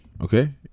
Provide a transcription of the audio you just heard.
okay